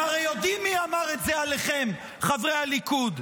אתם הרי יודעים מי אמר את זה עליכם, חברי הליכוד,